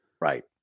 right